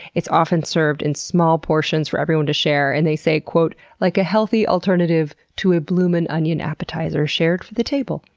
it's often served in small portions for everyone to share, and they say, like a healthy alternative to a bloomin' onion appetizer shared for the table.